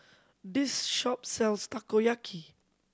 this shop sells Takoyaki